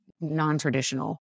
non-traditional